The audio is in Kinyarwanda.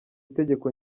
itegeko